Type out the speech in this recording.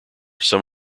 some